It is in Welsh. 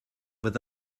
fydd